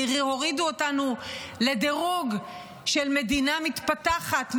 שהורידו אותנו לדירוג של מדינה מתפתחת,